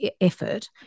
effort